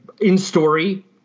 in-story